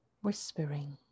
whispering